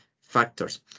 factors